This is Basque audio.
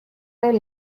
den